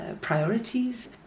Priorities